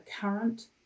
current